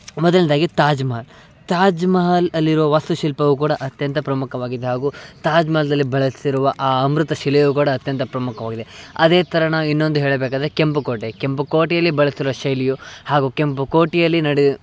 ಮೊದಲನೇದಾಗಿ ತಾಜ್ಮಹಲ್ ತಾಜ್ಮಹಲ್ ಅಲ್ಲಿರುವ ವಾಸ್ತುಶಿಲ್ಪವು ಕೂಡ ಅತ್ಯಂತ ಪ್ರಮುಖವಾಗಿದೆ ಹಾಗೂ ತಾಜ್ಮಹಲ್ನಲ್ಲಿ ಬಳಸಿರುವ ಆ ಅಮೃತ ಶಿಲೆಯು ಕೂಡ ಅತ್ಯಂತ ಪ್ರಮುಖವಾಗಿದೆ ಅದೇ ಥರ ನಾವು ಇನ್ನೊಂದು ಹೇಳಬೇಕಾದ್ರೆ ಕೆಂಪುಕೋಟೆ ಕೆಂಪುಕೋಟೆಯಲ್ಲಿ ಬಳಸಿರುವ ಶೈಲಿಯು ಹಾಗೂ ಕೆಂಪುಕೋಟೆಯಲ್ಲಿ ನಡೆ